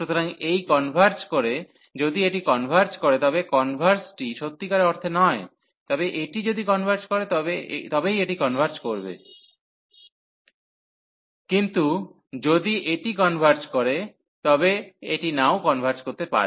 সুতরাং এই কনভার্জ করে যদি এটি কনভার্জ করে তবে কনভার্জতটি সত্যিকার অর্থে নয় তবে এটি যদি কনভার্জ করে তবেই এটি কনভার্জ করবে কিন্তু যদি এটি কনভার্জ করে তবে এটি নাও কনভার্জ করতে পারে